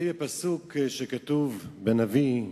אני אתחיל בפסוק שכתוב בנביא: